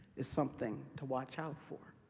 is something to watch out for.